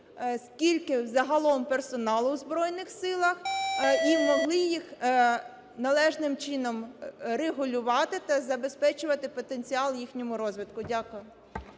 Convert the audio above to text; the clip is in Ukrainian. скільки загалом персоналу у Збройних Силах і могли їх належним чином регулювати та забезпечувати потенціал у їхньому розвитку. Дякую.